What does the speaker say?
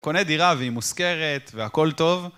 קונה דירה והיא מושכרת והכול טוב.